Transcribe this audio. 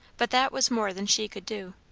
but that was more than she could do.